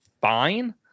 fine